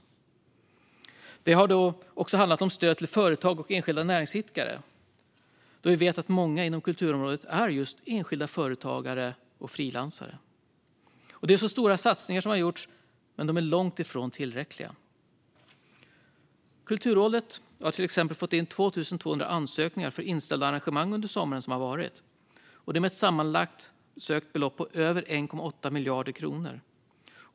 Då har det också handlat om stöd till företag och enskilda näringsidkare, eftersom vi vet att många inom kulturområdet är just enskilda företagare och frilansare. Stora satsningar har gjorts, men de är långt ifrån tillräckliga. Kulturrådet har till exempel fått in 2 200 ansökningar för inställda arrangemang under sommaren som varit, med ett sammanlagt sökt belopp på över 1,8 miljarder kronor.